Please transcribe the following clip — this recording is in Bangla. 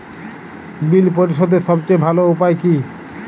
বিল পরিশোধের সবচেয়ে ভালো উপায় কী?